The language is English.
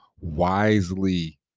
wisely